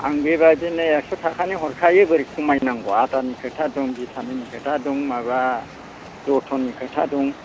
आं बेबायदिनो एकस' थाखानि हरखायो बोरै खमाय नांगौ आदारनि खोथा दं भिटामिननि खोथा दं माबा जोथोननि खोथा दं